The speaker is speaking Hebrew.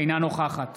אינה נוכחת